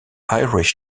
irish